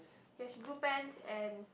he has blue pants and